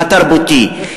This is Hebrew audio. התרבותי.